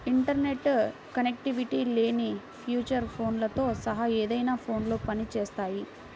internet connectivity లేని feature ఫోన్లతో సహా ఏదైనా ఫోన్లో పని చేస్తాయి